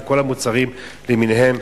זה כל המוצרים למיניהם.